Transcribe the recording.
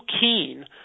keen